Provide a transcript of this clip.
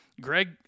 Greg